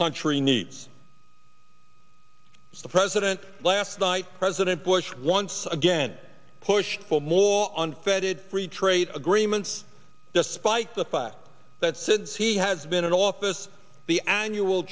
country needs the president last night president bush once again pushed for more on vetted free trade agreements despite the fact that since he has been in office the annual